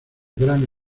gran